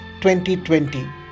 2020